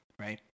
Right